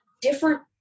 different